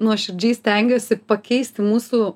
nuoširdžiai stengiuosi pakeisti mūsų